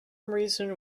reason